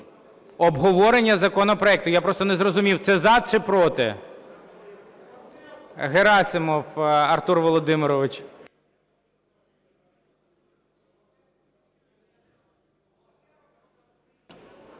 колеги, обговорення законопроекту, я просто не зрозумів, це за чи проти? Герасимов Артур Володимирович.